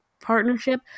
partnership